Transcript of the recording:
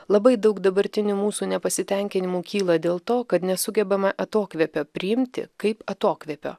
labai daug dabartinių mūsų nepasitenkinimų kyla dėl to kad nesugebame atokvėpio priimti kaip atokvėpio